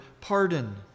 pardon